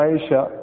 Aisha